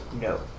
No